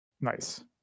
Nice